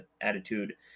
attitude